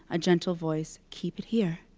a gentle voice keep it here,